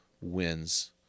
wins